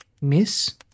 Miss